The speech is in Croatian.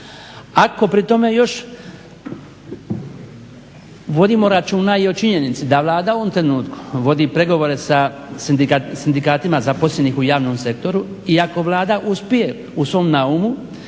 Ako pri tome još vodimo računa i o činjenici da Vlada u ovom trenutku vodi pregovore sa sindikatima zaposlenih u javnom sektoru i ako Vlada uspije u svom naumu